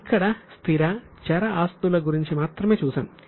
అక్కడ స్థిర చర ఆస్తుల గురించి మాత్రమే చూశాం